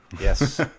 Yes